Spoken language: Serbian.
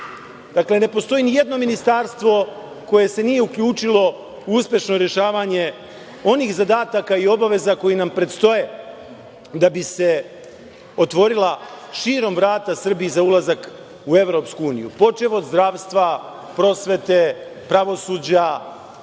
Dakle, ne postoji nijedno ministarstvo koje se nije uključilo u uspešno rešavanje onih zadataka i obaveza koje nam predstoje da bi se širom otvorila vrata Srbiji za ulazak u EU, počev od zdravstva, prosvete, pravosuđa,